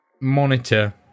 monitor